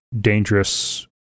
dangerous